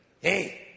hey